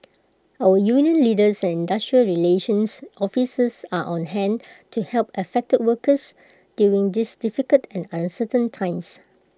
our union leaders and industrial relations officers are on hand to help affected workers during these difficult and uncertain times